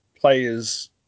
players